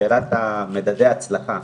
לשאלת מדדי ההצלחה,